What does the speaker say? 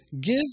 give